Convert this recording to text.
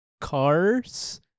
cars